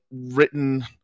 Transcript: Written